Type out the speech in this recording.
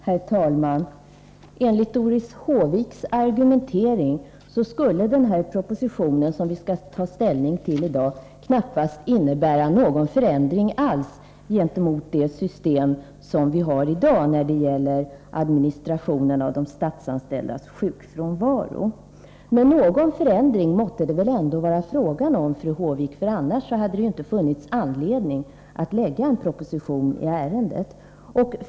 Herr talman! Enligt Doris Håviks argumentering skulle ett genomförande av förslaget i propositionen knappast innebära någon förändring alls gentemot det system som vi har i dag när det gäller administrationen av de statsanställdas sjukfrånvaro. Men någon förändring måtte det väl vara fråga om, fru Håvik, för annars hade det ju inte funnits anledning att lägga fram en proposition i ärendet.